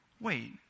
wait